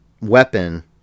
weapon